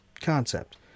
concept